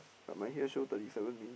but my here show thirty seven minute